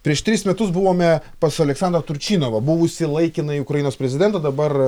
prieš tris metus buvome pas aleksandrą turčinovą buvusį laikinąjį ukrainos prezidentą dabar